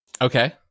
Okay